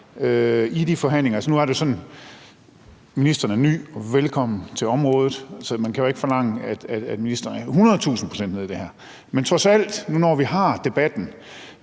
i de forhandlinger. Nu er det jo sådan, at ministeren er ny – velkommen til området – og man kan jo ikke forlange, at ministeren er hundredetusind procent nede i det her. Men trods alt, når vi nu har debatten,